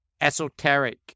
esoteric